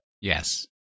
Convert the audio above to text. Yes